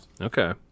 Okay